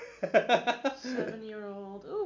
Seven-year-old